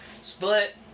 Split